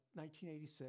1986